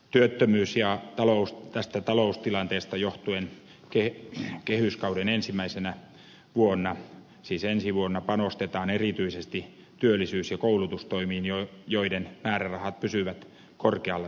työttömyydestä ja tästä taloustilanteesta johtuen kehyskauden ensimmäisenä vuonna siis ensi vuonna panostetaan erityisesti työllisyys ja koulutustoimiin joiden määrärahat pysyvät korkealla tasolla